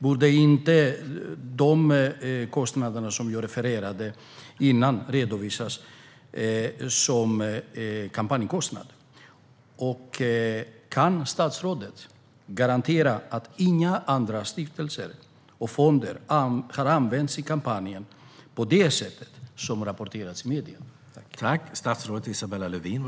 Borde inte de kostnader som jag har refererat till redovisas som kampanjkostnader? Kan statsrådet garantera att inga andra stiftelser eller fonder har använts i kampanjen på det sätt som rapporterats i medierna?